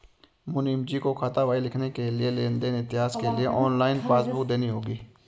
मुनीमजी को खातावाही लिखने के लिए लेन देन इतिहास के लिए ऑनलाइन पासबुक देखनी होगी